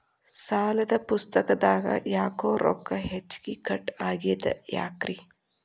ಸಾಲದ ಪುಸ್ತಕದಾಗ ಯಾಕೊ ರೊಕ್ಕ ಹೆಚ್ಚಿಗಿ ಕಟ್ ಆಗೆದ ಯಾಕ್ರಿ?